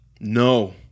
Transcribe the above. No